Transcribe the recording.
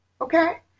okay